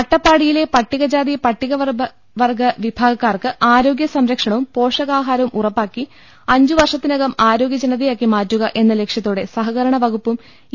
അട്ടപ്പാടിയിലെ പട്ടികജാതി പട്ടികവർഗ വിഭാഗ ക്കാർക്ക് ആരോഗ്യ സംരക്ഷണവും പോഷകാഹാരവും ഉറപ്പാക്കി അഞ്ച് വർഷത്തിനകം ആരോഗ്യജനതയാക്കി മാറ്റുക എന്ന ലക്ഷ്യത്തോടെ സഹകരണ വകുപ്പും ഇ